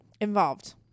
involved